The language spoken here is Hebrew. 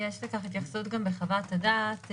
יש לכך התייחסות גם בחוות הדעת.